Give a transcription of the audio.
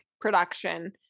production